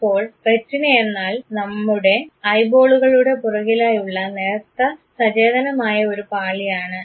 ഇപ്പോൾ റെറ്റിനയെന്നാൽ നമ്മുടെ ഐബോളുകളുടെ പുറകിലായുള്ള നേർത്ത സചേതനമായ ഒരു പാളിയാണ്